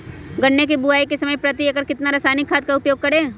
गन्ने की बुवाई के समय प्रति एकड़ कितना रासायनिक खाद का उपयोग करें?